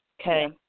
Okay